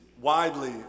widely